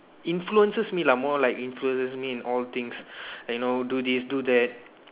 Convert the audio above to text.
influences me lah more like influences me in all things like you know do this do that